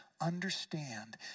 understand